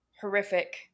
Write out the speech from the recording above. horrific